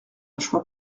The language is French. choix